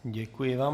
Děkuji vám.